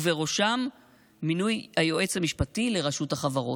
ובראשם מינוי היועץ המשפטי לרשות החברות.